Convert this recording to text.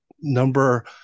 number